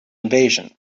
invasion